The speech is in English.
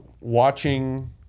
watching